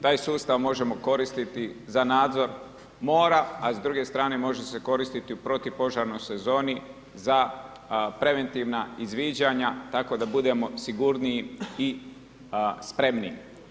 Taj sustav možemo koristiti za nadzor mora, a s druge strane može se koristiti u protupožarnoj sezoni za preventivna izviđanja, tako da budemo sigurniji i spremniji.